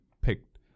picked